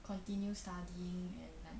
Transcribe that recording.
continue studying at night